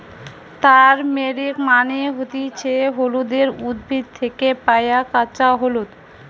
turmeric মানে হতিছে হলুদের উদ্ভিদ থেকে পায়া কাঁচা হলুদ